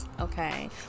okay